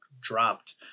dropped